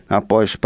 após